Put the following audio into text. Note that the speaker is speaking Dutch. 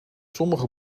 sommige